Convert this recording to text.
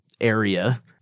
area